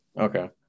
Okay